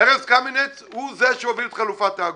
ארז קמינץ הוא זה שהוביל את חלופת האגודה.